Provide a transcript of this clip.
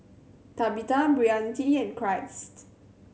Tabitha Brittani and Christ